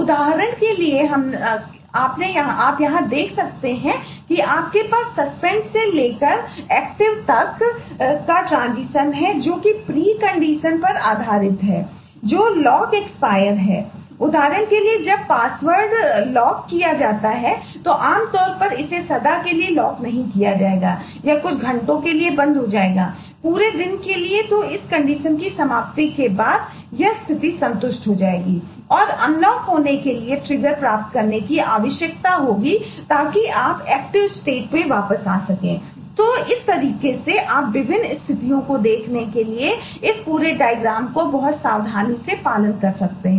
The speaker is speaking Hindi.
उदाहरण के लिए यहां आप देख सकते हैं कि आपके पास सस्पेंड का बहुत सावधानी से पालन कर सकते हैं